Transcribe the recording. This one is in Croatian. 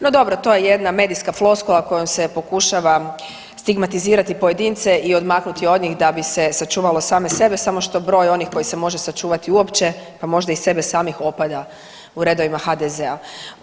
No, dobro to je jedna medijska floskula kojom se pokušava stigmatizirati pojedince i odmaknuti od njih da bi se sačuvalo same sebe samo što broj onih koje se može sačuvati uopće pa možda i sebe samih opada u redovima HDZ-a.